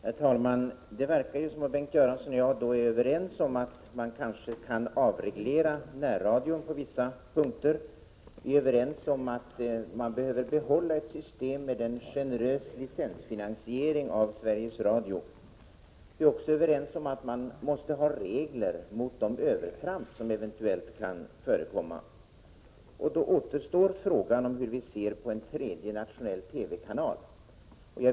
Herr talman! Det verkar som om Bengt Göransson och jag är överens om att man kanske kan avreglera närradion på vissa punkter. Vi är överens om att man behöver behålla ett system med en generös licensfinansiering av Sveriges Radio. Vi är också överens om att man måste ha regler mot de övertramp som eventuellt kan förekomma. Då återstår frågan om hur vi ser på en tredje nationell TV-kanal.